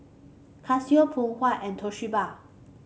Casio Phoon Huat and Toshiba